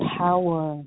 power